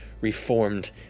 reformed